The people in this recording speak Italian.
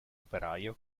operaio